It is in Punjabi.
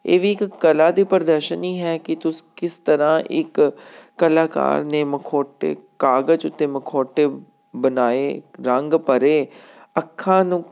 ਇਹ ਵੀ ਇੱਕ ਕਲਾ ਦੀ ਪ੍ਰਦਰਸ਼ਨੀ ਹੈ ਕਿ ਤੁਸੀਂ ਕਿਸ ਤਰ੍ਹਾਂ ਇੱਕ ਕਲਾਕਾਰ ਨੇ ਮਖੌਟੇ ਕਾਗਜ਼ ਉੱਤੇ ਮਖੌਟੇ ਬਣਾਏ ਰੰਗ ਭਰੇ ਅੱਖਾਂ ਨੂੰ